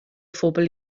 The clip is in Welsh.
phobl